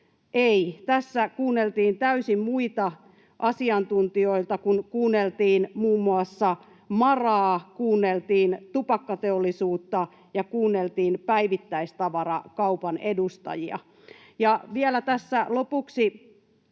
Tässä kuunneltiin täysin muita asiantuntijoita, kun kuunneltiin muun muassa MaRaa, kuunneltiin tupakkateollisuutta ja kuunneltiin päivittäistavarakaupan edustajia. Vielä tässä lopuksi